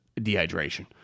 dehydration